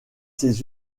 ces